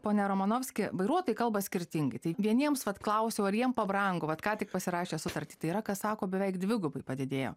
pone ramanovski vairuotojai kalba skirtingai tai vieniems vat klausiau ar jiem pabrango vat ką tik pasirašė sutartį tai yra kas sako beveik dvigubai padidėjo